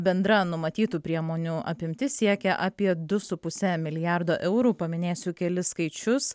bendra numatytų priemonių apimtis siekia apie du su puse milijardo eurų paminėsiu kelis skaičius